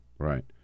Right